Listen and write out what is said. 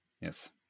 Yes